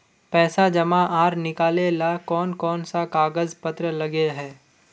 पैसा जमा आर निकाले ला कोन कोन सा कागज पत्र लगे है?